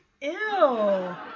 Ew